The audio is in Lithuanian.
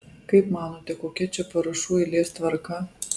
kaip manote kokia čia parašų eilės tvarka